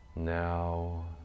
now